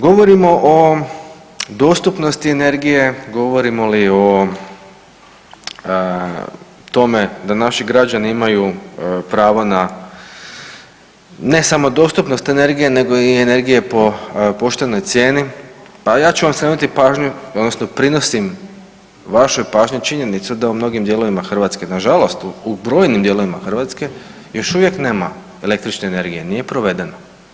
Govorimo o dostupnosti energije, govorimo li o tome da naši građani imaju pravo na ne samo dostupnost energije nego i energije po poštenoj cijeni, pa ja ću vam skrenuti pažnju odnosno prinosim vašoj pažnji činjenicu da u mnogim dijelovima Hrvatske, nažalost u brojnim dijelovima Hrvatske još uvijek nema električne energije nije provedeno.